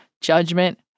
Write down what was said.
judgment